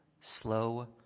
slow